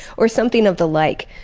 or something of the like.